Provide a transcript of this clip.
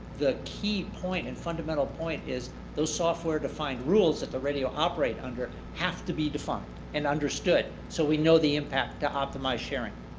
the key point and fundamental point is those software defined rules that the radio operate under have to be defined and understood so we know the impact to optimized sharing.